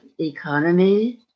economy